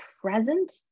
present